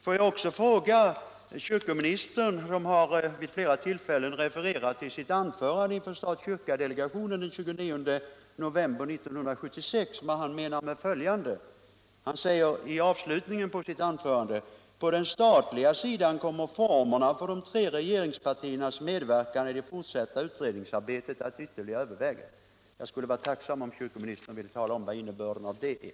Får jag också fråga kyrkoministern, som vid flera tillfällen har refererat till sitt anförande inför stat-kyrka-delegationen den 29 november 1976, vad han menar med följande mening i avslutningen av sitt anförande: ”På den statliga sidan kommer formerna för regeringspartiernas medverkan i det fortsatta utredningsarbetet att ytterligare övervägas.” Jag skulle vara tacksam om kyrkoministern ville tala om vad innebörden i det är.